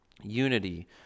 unity